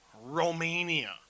Romania